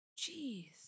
Jeez